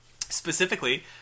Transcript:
specifically